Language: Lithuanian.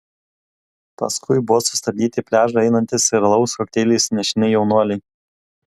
paskui buvo sustabdyti į pliažą einantys ir alaus kokteiliais nešini jaunuoliai